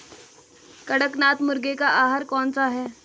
कड़कनाथ मुर्गे का आहार कौन सा है?